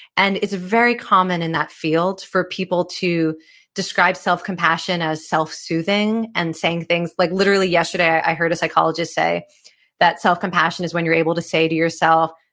and it's very common in that field for people to describe self-compassion as self-soothing and saying things, like literally yesterday i heard a psychologist say that self-compassion is when you're able to say to yourself,